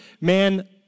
man